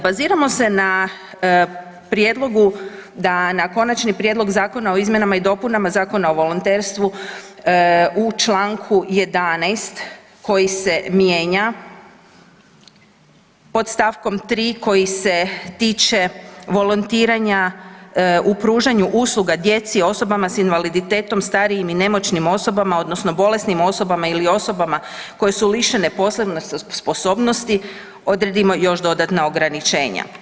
Baziramo se na prijedlogu da na Konačni prijedlog zakona o izmjenama i dopunama Zakona o volonterstvu u čl. 11. koji se mijenja pod st. 3. koji se tiče volontiranja u pružanju usluga djeci i osobama s invaliditetom, starijim i nemoćnim osobama odnosno bolesnim osobama ili osobama koje su lišene poslovne sposobnosti odredimo još dodatna ograničenja.